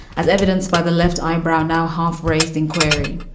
as evidenced by the left eyebrow, now half raised in query.